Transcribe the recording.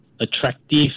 attractive